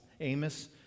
Amos